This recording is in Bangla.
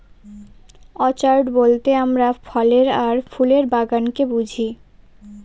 অর্চাড বলতে আমরা ফলের আর ফুলের বাগানকে বুঝি